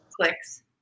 Clicks